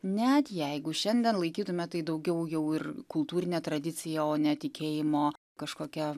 net jeigu šiandien laikytume tai daugiau jau ir kultūrine tradicija o ne tikėjimo kažkokia